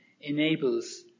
enables